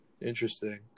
Interesting